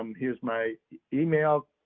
um here's my email,